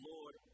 Lord